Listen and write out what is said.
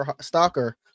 Stalker